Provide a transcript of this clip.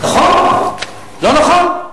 לא נכון?